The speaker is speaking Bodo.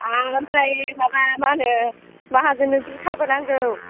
ओमफ्राय माबा मा होनो माहाजोननो जुथाबो नांगौ